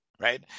Right